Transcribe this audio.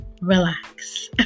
relax